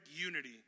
unity